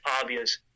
obvious